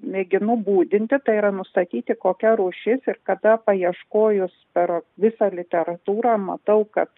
mėginu būdinti tai yra nustatyti kokia rūšis ir kada paieškojus per visą literatūrą matau kad